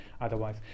otherwise